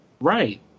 Right